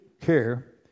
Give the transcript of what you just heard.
care